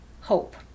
hope